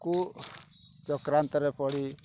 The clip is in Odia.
କୁ ଚକ୍ରାନ୍ତରେ ପଡ଼ି